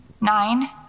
Nine